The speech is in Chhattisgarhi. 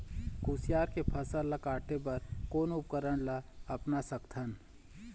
कुसियार के फसल ला काटे बर कोन उपकरण ला अपना सकथन?